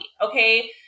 Okay